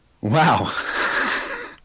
Wow